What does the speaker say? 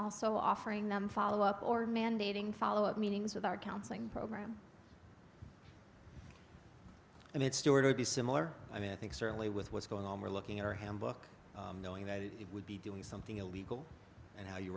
also offering them follow up or mandating follow up meetings with our counseling program and its story to be similar i mean i think certainly with what's going on we're looking at our handbook knowing that it would be doing something illegal and how you